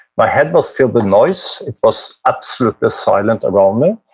my head was filled with noise, it was absolutely silent around me,